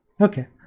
okay